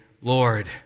Lord